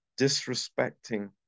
disrespecting